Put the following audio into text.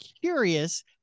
curious